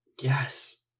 Yes